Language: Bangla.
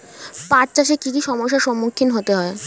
পাঠ চাষে কী কী সমস্যার সম্মুখীন হতে হয়?